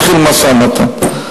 מתחיל משא-ומתן.